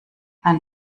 man